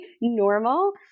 normal